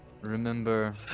Remember